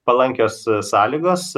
palankios sąlygos